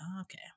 okay